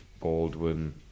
Baldwin